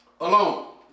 Alone